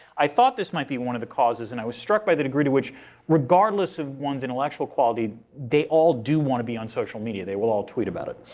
i thought this might be one of the causes. and i was struck by the degree to which regardless of one's intellectual quality, they all do want to be on social media. they will tweet about it.